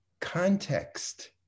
context